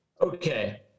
Okay